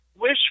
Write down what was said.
wish